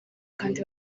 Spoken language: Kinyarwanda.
kandi